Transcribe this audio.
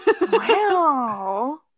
Wow